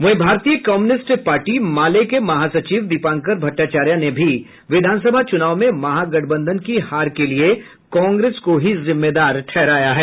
वहीं भारतीय communist party माले के महासचिव दीपांकर भट्टाचार्य ने भी विधानसभा चुनाव में महागठबंधन की हार के लिये कांग्रेस को ही जिम्मेदार ठहराया है